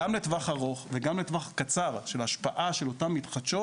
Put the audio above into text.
גם לטווח ארוך וגם לטווח הקצר של ההשפעה של אותן מתחדשות,